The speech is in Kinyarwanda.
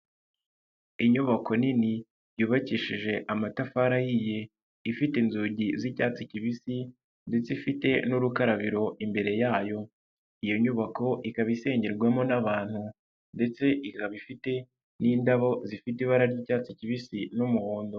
Inyubako nini yubakishije amatafari ahiye ifite inzugi z'icyatsi kibisi ndetse ifite n'urukarabiro imbere yayo, iyo nyubako ikaba iserwamo n'abantu ndetse ikaba ifite n'indabo zifite ibara ry'icyatsi kibisi n'umuhondo.